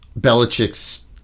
Belichick's